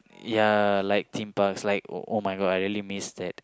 ya like theme parks like [oh]-my-god I really missed that